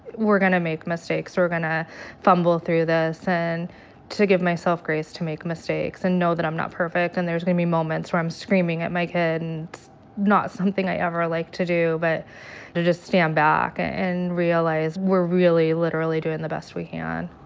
we're gonna make mistakes. we're gonna fumble through this. and to give myself grace to make mistakes and know that i'm not perfect and there's gonna be moments where i'm screaming at my kid. and it's not something i ever like to do, but to just stand back and realize we're really literally doing the best we can.